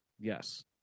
Yes